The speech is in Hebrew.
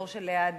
ליד